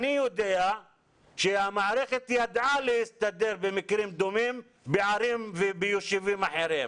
אני יודע שהמערכת ידעה להסתדר במקרים דומים בערים וביישובים אחרים.